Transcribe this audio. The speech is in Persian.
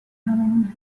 هممون